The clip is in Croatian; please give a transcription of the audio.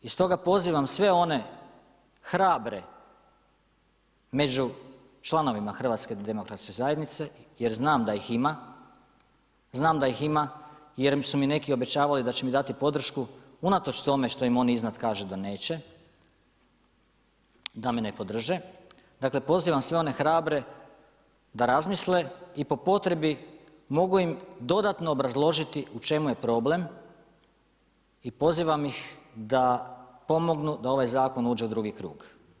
I stoga pozivam sve one hrabre među članovima HDZ-a jer znam da ih ima, znam da ih ima jer su mi neki obećavali da će mi dati podršku unatoč tome što im iznad kažu da neće, da me ne podrže, dakle pozivam sve one hrabre da razmisle i po potrebi mogu im dodatno obrazložiti u čemu je problem i pozivam ih da pomognu da ovaj zakon uđe u drugi krug.